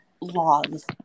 laws